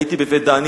הייתי ב"בית דני"